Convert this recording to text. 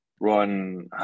run